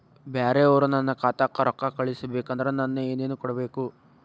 ಬ್ಯಾರೆ ಅವರು ನನ್ನ ಖಾತಾಕ್ಕ ರೊಕ್ಕಾ ಕಳಿಸಬೇಕು ಅಂದ್ರ ನನ್ನ ಏನೇನು ಕೊಡಬೇಕು?